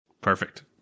Perfect